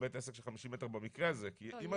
או בית עסק של חמישים מטר במקרה הזה.